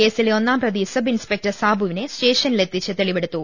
കേസിലെ ഒന്നാംപ്രതി sub inspector സാബുവിനെ സ്റ്റേഷനി ലെത്തിച്ച് തെളിവെടുത്തു